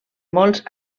molts